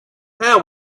how